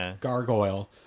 gargoyle